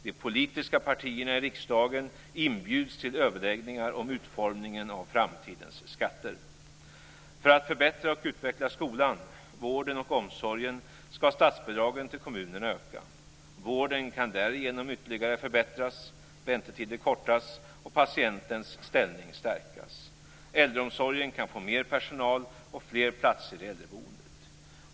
De politiska partierna i riksdagen inbjuds till överläggningar om utformningen av framtidens skatter. För att förbättra och utveckla skolan, vården och omsorgen skall statsbidragen till kommunerna öka. Vården kan därigenom ytterligare förbättras, väntetiderna kortas och patientens ställning stärkas. Äldreomsorgen kan få mer personal och fler platser i äldreboende.